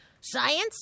Science